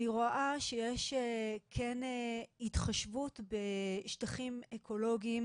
אני רואה שכן יש התחשבות בשטחים אקולוגיים,